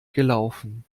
gelaufen